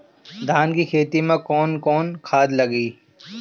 धान के खेती में कवन कवन खाद लागी?